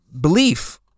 belief